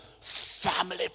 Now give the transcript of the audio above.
family